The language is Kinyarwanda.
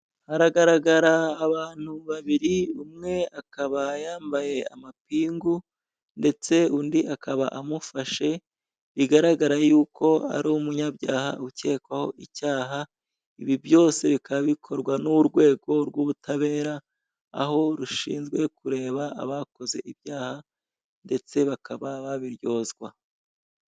Hagaragara abantu babiri, umwe akaba yambaye amapingu ndetse undi akaba amufashe, bigaragara y'uko ari umunyabyaha ukekwaho icyaha, ibi byose bikaba bikorwa n'urwego rw'ubutabera, aho rushinzwe kureba abakoze ibyaha ndetse bakaba babiryozwa.